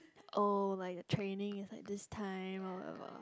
oh like the training is at this time or whatever